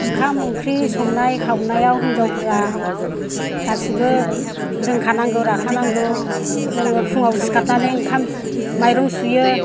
ओंखाम ओंख्रि संनाय खावनायाव हिन्जावफोरा गासैबो रोंखानांगौ राखानांगौ जोङो फुङाव सिखारनानै ओंखाम माइरं सुयो